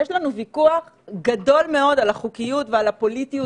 יש לנו ויכוח גדול מאוד על החוקיות ועל הפוליטיות